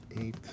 eight